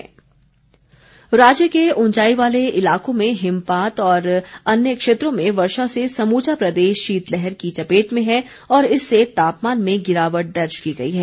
मौसम राज्य के उंचाई याले इलाकों में हिमपात और अन्य क्षेत्रों में वर्षा से समूचा प्रदेश शीतलहर की चपेट में है और इससे तापमान में गिरावट दर्ज की गई है